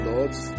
Lords